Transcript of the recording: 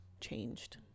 changed